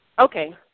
Okay